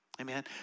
Amen